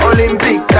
Olympic